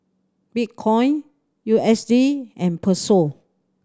Bitcoin U S D and Peso